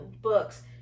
books